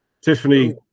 Tiffany